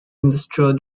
industrial